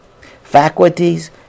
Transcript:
faculties